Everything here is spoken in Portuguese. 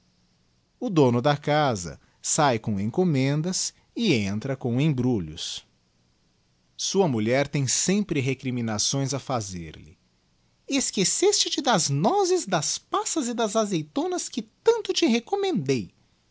o dono da casa sahe com encommendas e entra com embrulhos digiti zedby google sua mulher tem sempre recriminações a fazerihe esqueceste te das nozes das passas e das azeitonas que tanto te recommendei